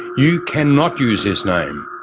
you cannot use his name.